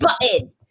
button